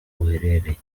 uherereye